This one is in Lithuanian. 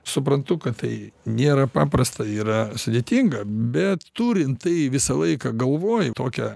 suprantu kad tai nėra paprasta yra sudėtinga bet turint tai visą laiką galvoj tokią